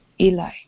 Eli